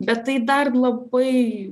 bet tai dar labai